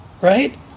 right